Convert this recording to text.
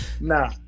Nah